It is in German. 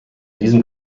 diesem